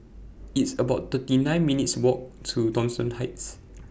It's about thirty nine minutes' Walk to Thomson Heights